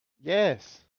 Yes